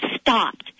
stopped